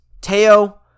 Teo